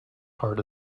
part